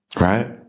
right